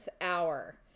hour